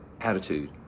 attitude